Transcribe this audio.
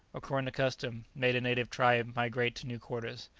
according to custom, made a native tribe migrate to new quarters.